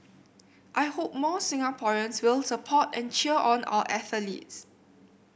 I hope more Singaporeans will support and cheer on our athletes